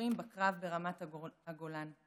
הכיפורים בקרב ברמת הגולן.